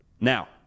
Now